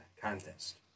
Contest